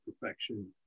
perfection